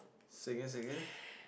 say again say again